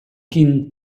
quin